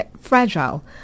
fragile